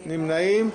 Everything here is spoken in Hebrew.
נמנעים?